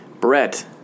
Brett